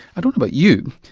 i don't know about you,